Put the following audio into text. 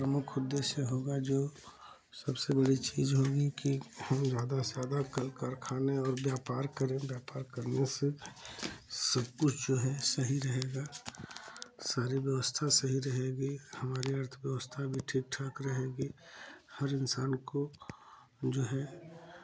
प्रमुख उद्देश्य होगा जो सबसे बड़ी चीज़ होगी कि हम ज़्यादा से ज़्यादा कल कारखाने और व्यापार करें व्यापार करने से सब कुछ जो है सही रहेगा सारी व्यवस्था सही रहेगी हमारी अर्थव्यवस्था भी ठीक ठाक रहेगी हर इंसान को जो है